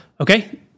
Okay